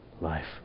life